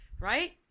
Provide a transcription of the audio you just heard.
right